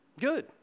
Good